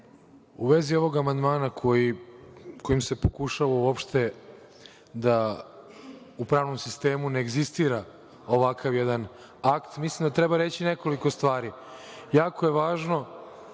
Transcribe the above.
u vezi ovog amandmana kojim se pokušava da u pravnom sistemu ne egzistira ovakav jedan akt, mislim da treba reći nekoliko stvari. Jako je važno